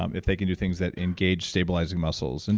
um if they can do things that engage stabilizing muscles, and